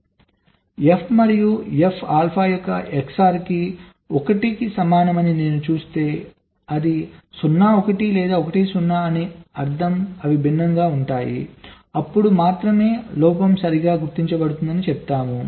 కాబట్టి f మరియు f alpha యొక్క XOR 1 కి సమానమని నేను చూస్తే అది 0 1 లేదా 1 0 అని అర్ధం అంటే అవి భిన్నంగా ఉంటాయి అప్పుడు మాత్రమే లోపం సరిగ్గా గుర్తించబడుతుందని చెప్తాము